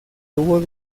hubo